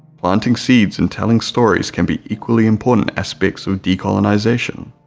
planting seeds and telling stories can be equally important aspects of decolonization.